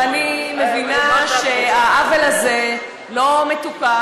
ואני מבינה שהעוול הזה לא מתוקן,